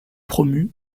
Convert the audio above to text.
promue